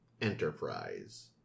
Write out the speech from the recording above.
Enterprise